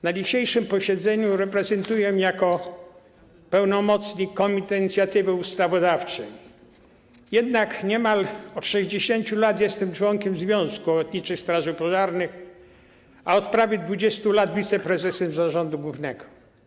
Na dzisiejszym posiedzeniu reprezentuję jako pełnomocnik Komitet Inicjatywy Ustawodawczej, jednak niemal od 60 lat jestem członkiem Związku Ochotniczych Straży Pożarnych RP, a od prawie 20 lat wiceprezesem zarządu głównego.